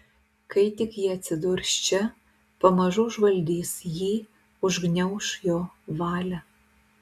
kai tik ji atsidurs čia pamažu užvaldys jį užgniauš jo valią